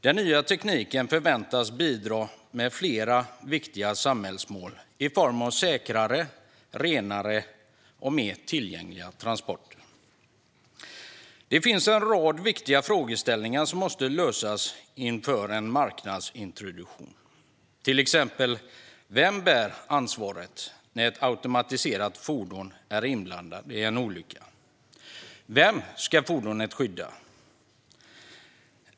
Den nya tekniken förväntas bidra till flera viktiga samhällsmål i form av säkrare, renare och mer tillgängliga transporter. Det finns en rad viktiga frågeställningar som måste lösas inför en marknadsintroduktion. Vem bär till exempel ansvaret när ett automatiserat fordon är inblandat i en olycka? Vem ska fordonet skydda?